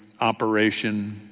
operation